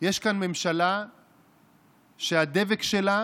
יש כאן ממשלה שהדבק שלה